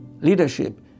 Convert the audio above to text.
leadership